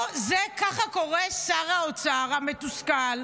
ככה קורא שר האוצר המתוסכל,